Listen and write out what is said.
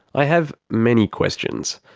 i have many questions.